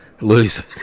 lose